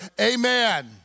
Amen